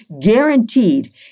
guaranteed